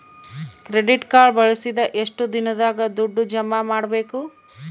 Credit card ಬಳಸಿದ ಎಷ್ಟು ದಿನದಾಗ ದುಡ್ಡು ಜಮಾ ಮಾಡ್ಬೇಕು?